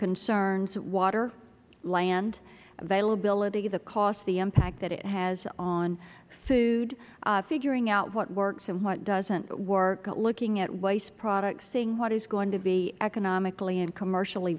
concerns water land availability the cost the impact that it has on food figuring out what works and what doesn't work looking at waste products seeing what is going to be economically and commercially